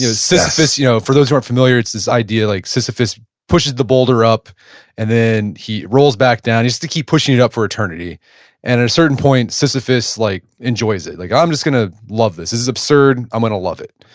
ah sisyphus, you know for those who aren't familiar it's this idea like sisyphus pushing the boulder up and then he rolls back down. he's to keep pushing it up for eternity and at a certain point, sisyphus like enjoys it. like i'm just going to love this. this is absurd. i'm going to love it.